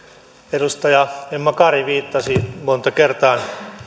edustaja emma kari viittasi monta kertaa